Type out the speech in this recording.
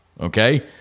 Okay